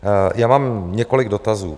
Já mám několik dotazů.